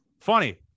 Funny